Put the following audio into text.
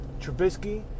Trubisky